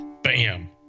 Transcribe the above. Bam